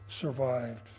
survived